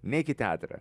neik į teatrą